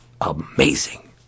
amazing